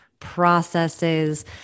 Processes